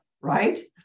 right